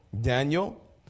Daniel